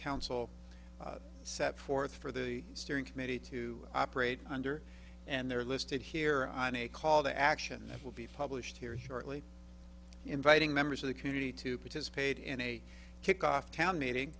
council set forth for the steering committee to operate under and they're listed here on a call to action that will be published here shortly inviting members of the community to participate in a kickoff town meeting